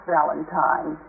Valentine